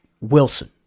Wilson